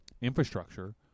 Infrastructure